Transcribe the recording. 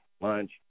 lunch